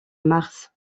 mars